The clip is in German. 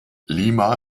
lima